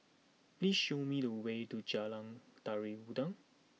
please show me the way to Jalan Tari Dulang